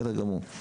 בסדר גמור.